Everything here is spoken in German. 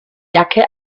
jacke